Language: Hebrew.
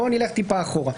בואו נלך טיפה אחורה.